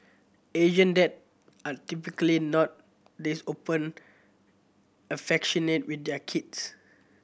Asian dad are typically not this open affectionate with their kids